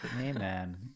amen